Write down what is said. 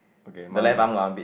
okay my one also